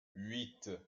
huit